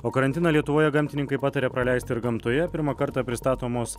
o karantiną lietuvoje gamtininkai pataria praleist ir gamtoje pirmą kartą pristatomos